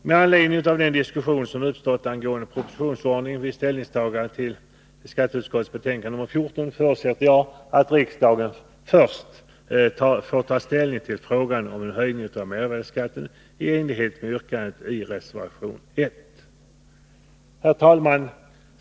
Med anledning av den diskussion som uppstått angående propositionsordningen vid ställningstagandet till skatteutskottets betänkande nr 14 förutsätter jag att riksdagen först får ta ställning till frågan om en höjning av mervärdeskatten i enlighet med yrkandet i reservation 1. Herr talman!